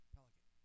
Pelican